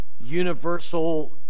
universal